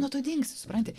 nuo to dingsi supranti